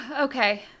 Okay